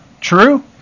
True